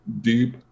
deep